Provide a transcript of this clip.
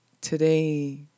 Today